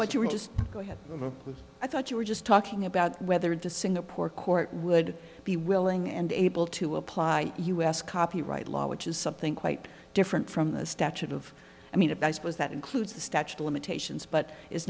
thought you were just going i thought you were just talking about whether the singapore court would be willing and able to apply us copyright law which is something quite different from the statute of i mean that i suppose that includes the statute of limitations but it's